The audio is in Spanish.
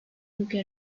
duque